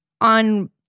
on